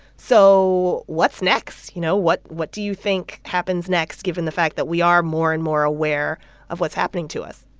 so what's next? you know, what what do you think happens next, given the fact that we are more and more aware of what's happening to us?